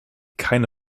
keine